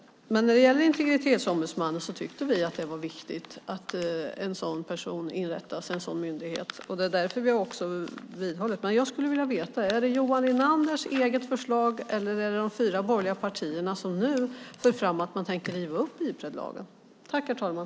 När det gäller integritetsombudsmannen har vi tyckt att det är viktigt att en sådan myndighet inrättas. Därför har vi vidhållit det förslaget. Jag skulle alltså vilja veta om det är fråga om Johan Linanders eget förslag eller om det är de fyra borgerliga partierna som nu för fram att man tänker riva upp Ipredlagen.